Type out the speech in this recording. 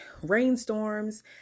rainstorms